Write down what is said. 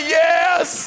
yes